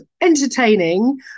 entertaining